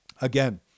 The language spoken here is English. again